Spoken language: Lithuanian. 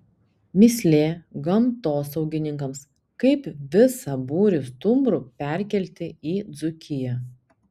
mįslė gamtosaugininkams kaip visą būrį stumbrų perkelti į dzūkiją